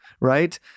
right